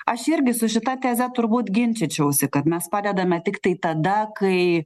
aš irgi su šita teze turbūt ginčyčiausi kad mes padedame tiktai tada kai